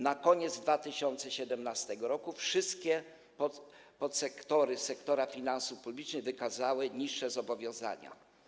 Na koniec 2017 r. wszystkie podsektory sektora finansów publicznych wykazały niższe zobowiązania.